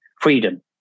freedom